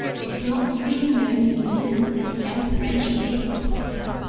it is not usually known in england that a young french naval officer,